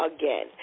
again